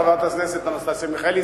חברת הכנסת אנסטסיה מיכאלי,